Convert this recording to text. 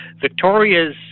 Victoria's